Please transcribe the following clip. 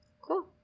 Cool